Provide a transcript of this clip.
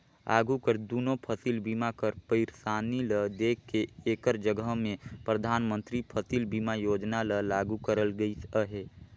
आघु कर दुनो फसिल बीमा कर पइरसानी ल देख के एकर जगहा में परधानमंतरी फसिल बीमा योजना ल लागू करल गइस अहे